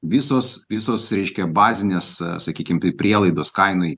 visos visos reiškia bazinės e sakykim tai prielaidos kainai